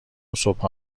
صبحها